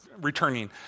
returning